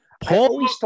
Paul